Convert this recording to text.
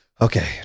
okay